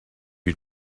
you